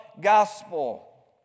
gospel